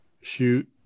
shoot